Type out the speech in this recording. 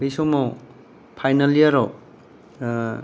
बै समाव फाइनाल इयाराव